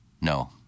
No